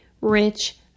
rich